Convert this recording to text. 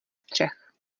střech